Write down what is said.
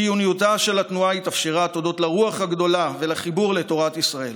חיוניותה של התנועה התאפשרה תודות לרוח הגדולה ולחיבור לתורת ישראל,